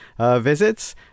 visits